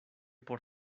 por